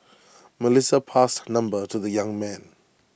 Melissa passed her number to the young man